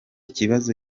kibazo